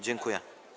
Dziękuję.